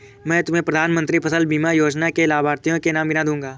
मैं तुम्हें प्रधानमंत्री फसल बीमा योजना के लाभार्थियों के नाम गिना दूँगा